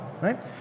right